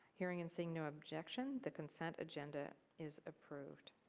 hearing and seeing no objection, the consent agenda is approved.